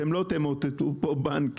אתם לא תמוטטו פה בנקים,